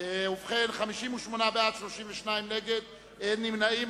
נגד, אין נמנעים.